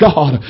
God